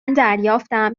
دریافتم